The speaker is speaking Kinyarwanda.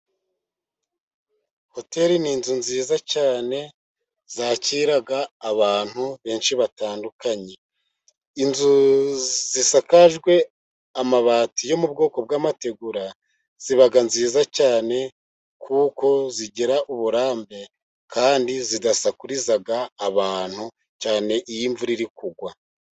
Hoteri, ni inzu nziza cyane zakira abantu benshi batandukanye, inzu zisakajwe amabati yo mu bwoko bw'amategura ziba nziza cyane, kuko zigira uburambe kandi zidasakuriza abantu cyane, iyo imvura iri kugwa.